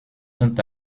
sont